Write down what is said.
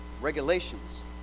regulations